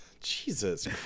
Jesus